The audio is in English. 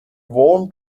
warm